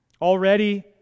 Already